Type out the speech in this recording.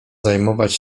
zajmować